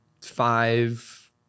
five